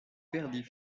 perdit